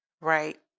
Right